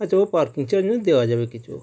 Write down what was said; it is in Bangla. আচ্ছা ও পার্কিং চার্জ নয় দেওয়া যাবে কিছু